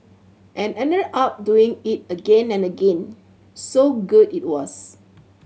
and ended up doing it again and again so good it was